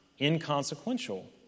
inconsequential